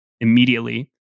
immediately